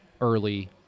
early